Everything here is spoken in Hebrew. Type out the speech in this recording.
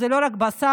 זה לא רק בשר,